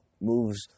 moves